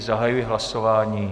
Zahajuji hlasování.